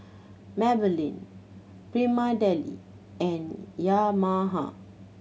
Maybelline Prima Deli and Yamaha